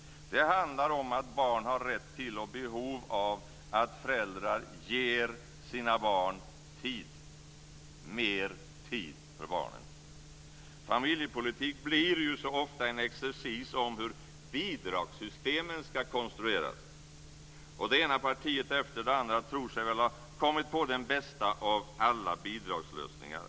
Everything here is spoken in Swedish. Det handlar om att barn har rätt till och behov av att föräldrar ger sina barn tid. Mer tid för barnen! Familjepolitik blir så ofta en exercis om hur bidragssystemen ska konstrueras, och det ena partiet efter det andra tror sig väl ha kommit på den bästa av alla bidragslösningar.